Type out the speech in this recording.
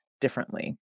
differently